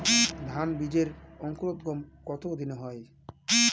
ধান বীজের অঙ্কুরোদগম কত দিনে হয়?